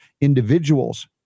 individuals